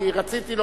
כבר